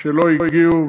שלא הגיעו,